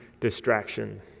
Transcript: distraction